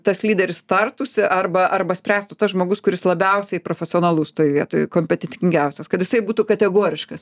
tas lyderis tartųsi arba arba spręstų tas žmogus kuris labiausiai profesionalus toje vietoj kompetentingiausias kad jisai būtų kategoriškas